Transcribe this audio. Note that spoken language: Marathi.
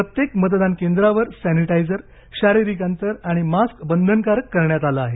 प्रत्येक मतदान केंद्रावर सॅनिटायझर शारीरिक अंतर आणि मास्क बंधनकारक करण्यात आले आहे